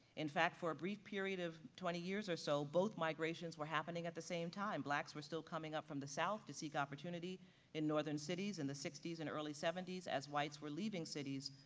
in fact, for a brief period of twenty years or so, both migrations were happening at the same time, blacks were still coming up from the south to seek opportunity in northern cities in the sixty s and early seventy s as whites were leaving cities,